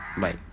Bye